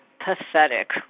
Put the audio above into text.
pathetic